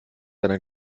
eine